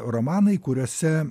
romanai kuriuose